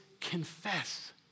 confess